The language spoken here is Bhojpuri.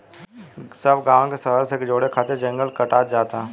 सब गांव के शहर से जोड़े खातिर जंगल कटात जाता